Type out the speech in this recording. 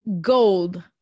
gold